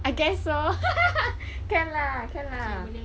I guess so can lah can lah lah like the queen's creepy schedule like very like